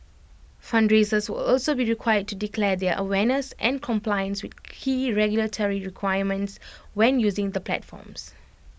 fundraisers will also be required to declare their awareness and compliance with key regulatory requirements when using the platforms